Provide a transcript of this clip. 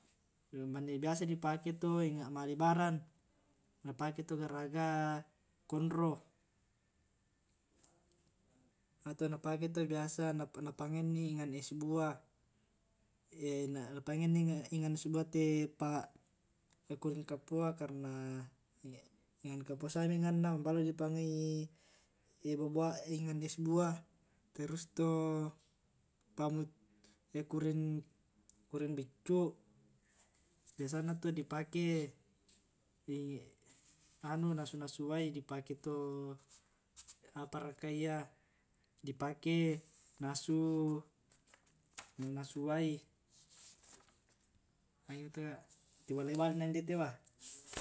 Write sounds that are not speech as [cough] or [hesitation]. mane biasa di pake tau ma' lebaran, na pake tau garaga konro ato napake tau biasa napake pangngai es buah [hesitation] na pangngai es buah te [hesitation] kuring kapoa karna kapoa siami enangna maballo di pangngai [hesitation] enang es buah, terus to' kuring beccu biasanna to' dipake anu nasu - nasu wai ato di pake apa raka iyya di pake nasu- nasu wai. agi mato' ti bale'-bale'na indeto bah [hesitation]